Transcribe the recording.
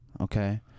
Okay